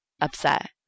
upset